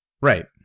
Right